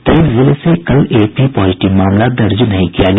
तेईस जिले से कल एक भी पॉजिटिव मामला दर्ज नहीं किया गया